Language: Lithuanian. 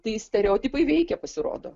tai stereotipai veikia pasirodo